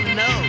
no